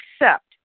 accept